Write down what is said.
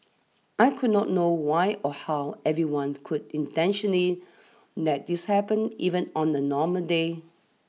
I wouldn't know why or how anyone would intentionally let this happen even on a normal day